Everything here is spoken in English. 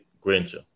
Granger